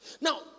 Now